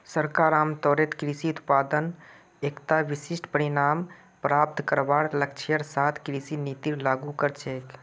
सरकार आमतौरेर कृषि उत्पादत एकता विशिष्ट परिणाम प्राप्त करवार लक्ष्येर साथ कृषि नीतिर लागू कर छेक